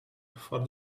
for